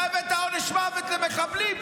אתה הבאת עונש מוות למחבלים,